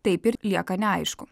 taip ir lieka neaišku